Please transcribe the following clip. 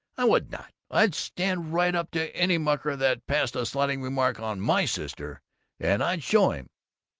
i would not! i'd stand right up to any mucker that passed a slighting remark on my sister and i'd show him